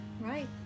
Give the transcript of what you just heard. Right